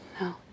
No